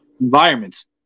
environments